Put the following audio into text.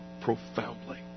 profoundly